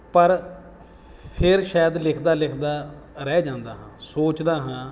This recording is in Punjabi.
ਪਰ ਫਿਰ ਸ਼ਾਇਦ ਲਿਖਦਾ ਲਿਖਦਾ ਰਹਿ ਜਾਂਦਾ ਹਾਂ ਸੋਚਦਾ ਹਾਂ